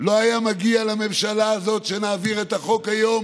לא מגיע לממשלה הזאת שנעביר את החוק היום